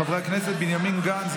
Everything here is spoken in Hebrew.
חברי הכנסת בנימין גנץ,